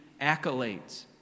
accolades